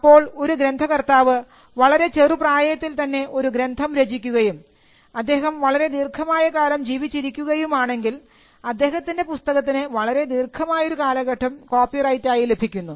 അപ്പോൾ ഒരു ഗ്രന്ഥകർത്താവ് വളരെ ചെറുപ്രായത്തിൽ തന്നെ ഒരു ഗ്രന്ഥം രചിക്കുകയും അദ്ദേഹം വളരെ ദീർഘമായ കാലം ജീവിച്ചിരിക്കുകയാണെങ്കിൽ അദ്ദേഹത്തിൻറെ പുസ്തകത്തിന് വളരെ ദീർഘമായ ഒരു കാലഘട്ടം കോപ്പിറൈറ്റ് ആയി ലഭിക്കുന്നു